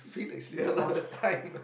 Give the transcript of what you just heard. yeah lah